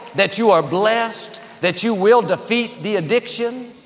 that you are blessed, that you will defeat the addiction,